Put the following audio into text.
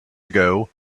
ago